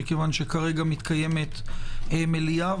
כי כרגע מתקיימת מליאה,